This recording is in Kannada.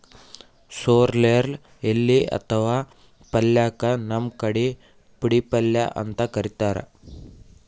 ಸೊರ್ರೆಲ್ ಎಲಿ ಅಥವಾ ಪಲ್ಯಕ್ಕ್ ನಮ್ ಕಡಿ ಪುಂಡಿಪಲ್ಯ ಅಂತ್ ಕರಿತಾರ್